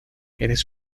eres